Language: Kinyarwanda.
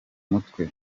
mutwe